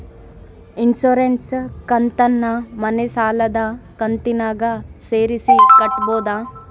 Insurance ಕಂತನ್ನ ಮನೆ ಸಾಲದ ಕಂತಿನಾಗ ಸೇರಿಸಿ ಕಟ್ಟಬೋದ?